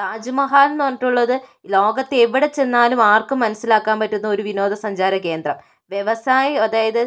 താജ്മഹൽ എന്ന് പറഞ്ഞിട്ടുള്ളത് ലോകത്തെവിടെ ചെന്നാലും ആർക്കും മനസ്സിലാക്കാൻ പറ്റുന്ന ഒരു വിനോദസഞ്ചാര കേന്ദ്രം വ്യവസായി അതായത്